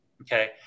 Okay